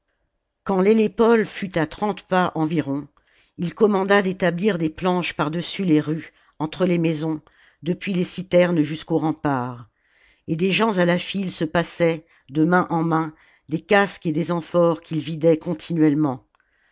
quand l'hélépole fut à trente pas environ il commanda d'établir des planches par dessus les rues entre les maisons depuis les citernes jusqu'au rempart et des gens à la file se passaient de main en main des casques et des amphores qu'ils vidaient continuellement